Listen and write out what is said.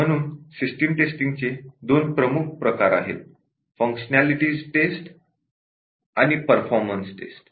म्हणून सिस्टम टेस्टिंगचे दोन प्रमुख प्रकार आहेत फंक्शनेलिटीज टेस्ट आणि परफॉर्मन्स टेस्ट